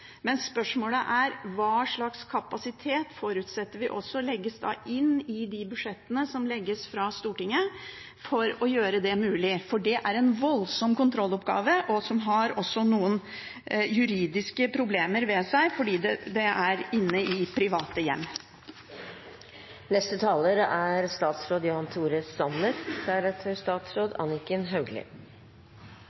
Men spørsmålet er: Hva slags kapasitet forutsetter vi også legges inn i budsjettene fra Stortinget for å gjøre det mulig? For det er en voldsom kontrolloppgave, som også har noen juridiske problemer ved seg, fordi det er inne i private hjem. Byggenæringen er